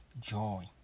joy